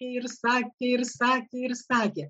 ir sakė ir sakė ir sakė